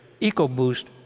EcoBoost